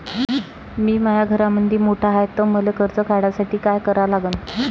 मी माया घरामंदी मोठा हाय त मले कर्ज काढासाठी काय करा लागन?